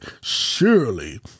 Surely